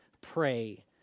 pray